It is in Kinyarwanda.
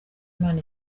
imana